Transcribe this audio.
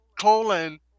colon